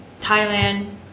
Thailand